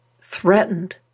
threatened